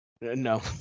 No